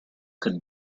could